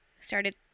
started